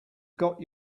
got